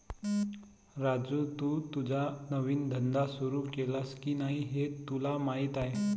राजू, तू तुझा नवीन धंदा सुरू केलास की नाही हे तुला माहीत आहे